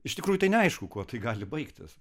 iš tikrųjų tai neaišku kuo tai gali baigtis